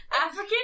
African